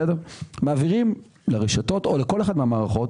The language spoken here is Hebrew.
מעבירים לרשתות או לכל אחת מהמערכות